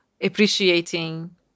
appreciating